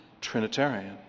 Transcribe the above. Trinitarian